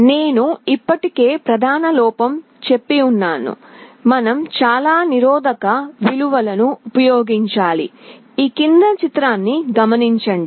నేను ఇప్పటికే పేర్కొన్న ప్రధాన లోపం మీరు చాలా నిరోధక విలువలను ఉపయోగించాల్సిన అవసరం ఉంది